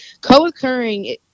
co-occurring